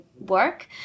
work